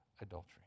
adultery